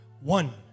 One